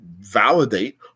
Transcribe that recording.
validate